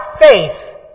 faith